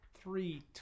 three